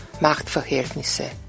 Machtverhältnisse